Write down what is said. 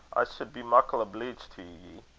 i sud be muckle obleeged te